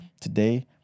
Today